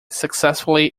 successfully